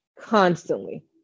constantly